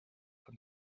from